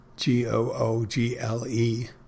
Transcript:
G-O-O-G-L-E